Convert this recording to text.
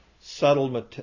subtle